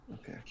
Okay